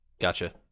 Gotcha